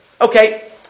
Okay